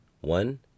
one